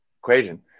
equation